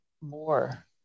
more